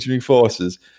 forces